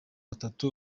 batatu